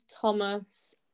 Thomas